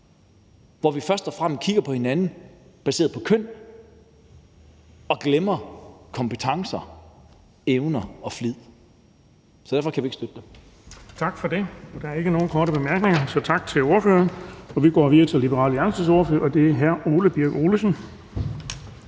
hvor vi først og fremmest kigger på hinanden baseret på køn og glemmer kompetencer, evner og flid. Så derfor kan vi ikke støtte det.